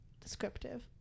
descriptive